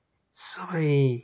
सबै